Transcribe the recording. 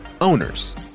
Owners